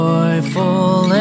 Joyful